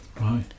right